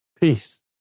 peace